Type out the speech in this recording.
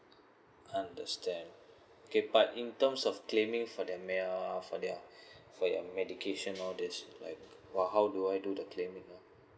understand okay but in terms of claiming for that may I err for that for the medication all these like !wah! how do I do the claiming a'ah